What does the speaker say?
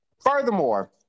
Furthermore